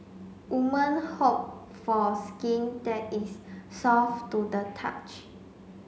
women hope for skin that is soft to the touch